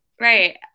Right